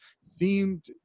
seemed